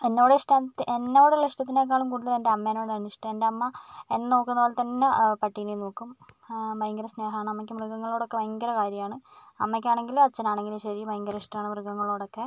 എന്നോട് ഇഷ്ടം എന്നോടുള്ള ഇഷ്ട്ടത്തിനെക്കാളും എൻ്റെ അമ്മനോടാണ് ഇഷ്ടം എൻ്റെ അമ്മ എന്നെ നോക്കുന്ന പോലെത്തന്നെ പട്ടിനെയും നോക്കും ഭയങ്കര സ്നേഹമാണ് അമ്മക്ക് മൃഗങ്ങളോടൊക്കെ ഭയങ്കര കാര്യമാണ് അമ്മക്കാണെങ്കിലും അച്ഛനാണെങ്കിലും ശരി ഭയങ്കര ഇഷ്ടമാണ് മൃഗങ്ങളോടൊക്കെ